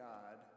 God